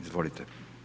Izvolite.